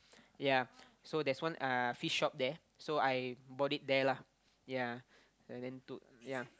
ya so there's one uh fish shop there so I bought it there lah ya uh then two ya